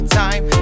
time